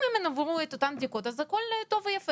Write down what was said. אם הם עברו את אותן בדיקות, אז הכל טוב ויפה.